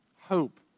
Hope